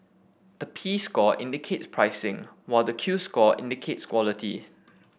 the P score indicates pricing while the Q score indicates quality